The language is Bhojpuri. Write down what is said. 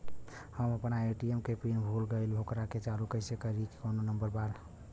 हम अपना ए.टी.एम के पिन भूला गईली ओकरा के चालू कइसे करी कौनो नंबर बा?